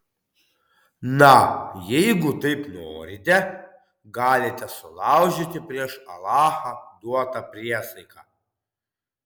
na jeigu taip norite galite sulaužyti prieš alachą duotą priesaiką